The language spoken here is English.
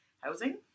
housing